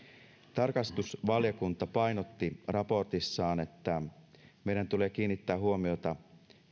tarkastusvaliokunta painotti raportissaan että meidän tulee kiinnittää huomiota